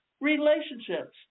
relationships